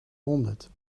honderd